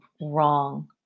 wrong